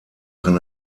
kann